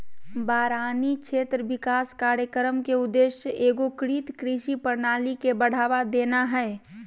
बारानी क्षेत्र विकास कार्यक्रम के उद्देश्य एगोकृत कृषि प्रणाली के बढ़ावा देना हइ